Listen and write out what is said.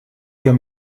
wir